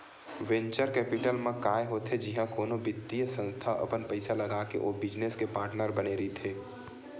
venture capital म काय होथे जिहाँ कोनो बित्तीय संस्था अपन पइसा लगाके ओ बिजनेस के पार्टनर बने रहिथे